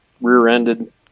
rear-ended